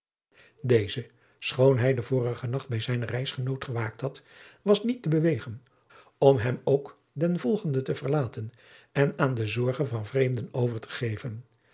schoon hij den vorigen nacht bij zijnen reisgenoot gewaakt had was niet te bewegen om hem ook den volgenden te verlaten en aan de zorge van vreemden over te geven